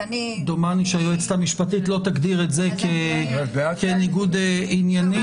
דומני שהיועצת המשפטית לא תגדיר את זה כניגוד עניינים.